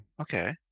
okay